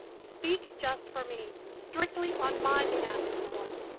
speak just for me, strictly on my behalf, if you want.